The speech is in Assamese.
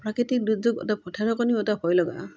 প্ৰাকৃতিক দুৰ্যোগ ঢেৰেকণিও এটা ভয় লগা